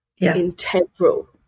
integral